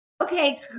Okay